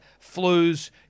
flus